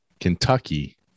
Kentucky